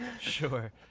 Sure